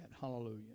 Hallelujah